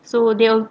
so they were